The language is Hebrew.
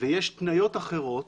ויש התניות אחרות